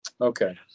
Okay